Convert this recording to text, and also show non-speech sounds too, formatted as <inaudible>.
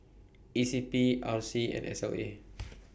E C P R C and S L A <noise>